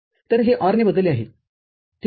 तर हे OR ने बदलले आहेठीक आहे